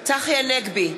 צחי הנגבי,